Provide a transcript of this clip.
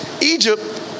Egypt